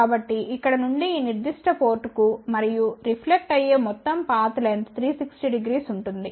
కాబట్టి ఇక్కడ నుండి ఈ నిర్దిష్ట పోర్టుకు మరియు రిఫ్లెక్ట్ అయ్యే మొత్తం పాత్ లెంగ్త్ 3600ఉంటుంది